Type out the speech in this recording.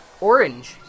Orange